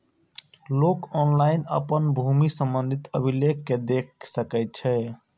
लोक ऑनलाइन अपन भूमि संबंधी अभिलेख कें देख सकै छै